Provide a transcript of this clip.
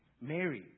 Mary